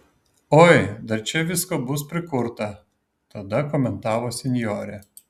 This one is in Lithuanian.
oi dar čia visko bus prikurta tada komentavo senjorė